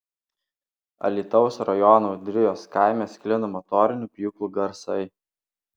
alytaus rajono ūdrijos kaime sklinda motorinių pjūklų garsai